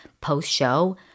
post-show